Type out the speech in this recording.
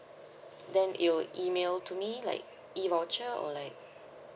then it will email to me like E voucher or like